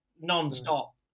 non-stop